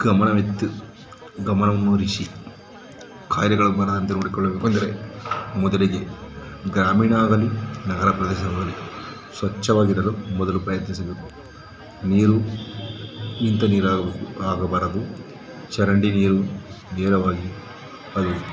ಗಮನವಿತ್ತು ಗಮನವನ್ನು ಅರಿಶಿ ಕಾಯಿಲೆಗಳು ಬರದಂತೆ ನೋಡಿಕೊಳ್ಳಬೇಕು ಅಂದರೆ ಮೊದಲಿಗೆ ಗ್ರಾಮೀಣದಲ್ಲಿ ನಗರ ಪ್ರದೇಶಗಳಲ್ಲಿ ಸ್ವಚ್ಛವಾಗಿರಲು ಮೊದಲು ಪ್ರಯತ್ನಿಸಬೇಕು ನೀರು ನಿಂತ ನೀರಾಗಬೇಕು ಆಗಬಾರದು ಚರಂಡಿ ನೀರು ನೇರವಾಗಿ ಅದು